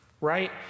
right